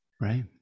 right